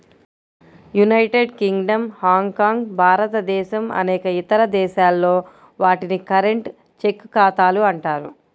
United Kingdom, Hong Kong, భారతదేశం అనేక ఇతర దేశాల్లో, వాటిని కరెంట్, చెక్ ఖాతాలు అంటారు